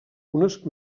unes